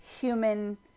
human